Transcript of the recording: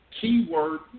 keyword